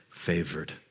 favored